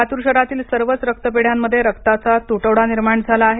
लातर शहरातील सर्वच रक्तपेढ्यांमध्ये रक्ताचा तुटवडा निर्माण झाला आहे